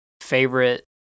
favorite